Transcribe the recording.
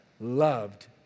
loved